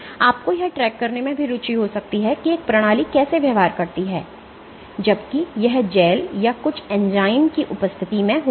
आपको यह ट्रैक करने में भी रुचि हो सकती है कि एक प्रणाली कैसे व्यवहार करती है जबकि यह जैल या कुछ एंजाइम की उपस्थिति में होता है